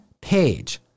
page